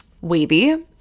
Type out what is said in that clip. wavy